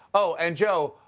oh, and joe,